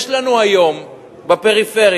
יש לנו היום בפריפריה